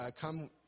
come